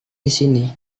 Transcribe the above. disini